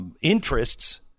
interests